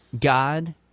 God –